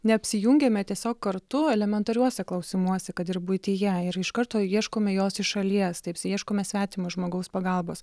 neapsijungiame tiesiog kartu elementariuose klausimuose kad ir buityje ir iš karto ieškome jos iš šalies ieškome svetimo žmogaus pagalbos